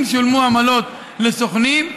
אם שולמו עמלות לסוכנים,